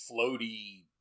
floaty